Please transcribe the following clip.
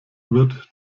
wird